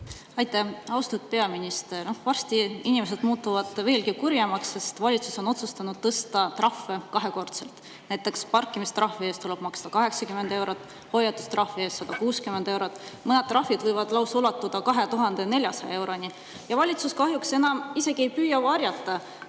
Aitäh! Austatud peaminister! Varsti muutuvad inimesed veelgi kurjemaks, sest valitsus on otsustanud tõsta trahvid kahekordseks. Näiteks parkimistrahvi tuleb maksta 80 eurot, hoiatustrahvi 160 eurot ja mõned trahvid võivad ulatuda lausa 2400 euroni. Valitsus kahjuks enam isegi ei püüa varjata,